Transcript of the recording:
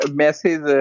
message